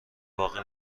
باقی